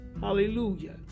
hallelujah